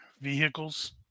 vehicles